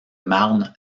marne